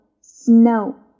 snow